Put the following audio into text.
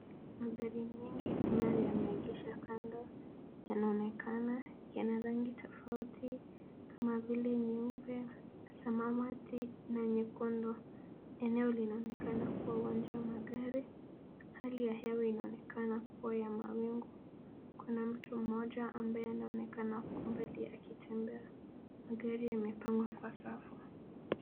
Magari mengi ambayo yameegeshwa kando, yanaonekana yana rangi tofauti kama vile nyeupe, samawati, na nyekundu. Eneo linaonekana kuwa uwanja wa magari. Hali ya hewa inaonekana kuwa ya mawingu. Kuna mtu mmoja ambaye anaonekana kwa umbali akitembea. Magari yamepangwa kwa safu.